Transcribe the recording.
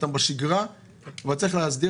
רואים אותם בשגרה וצריך להסדיר.